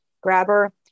grabber